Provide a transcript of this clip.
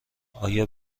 آیا